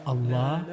Allah